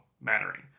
mattering